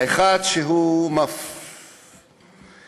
האחת, שהוא מפנה אצבע מאשימה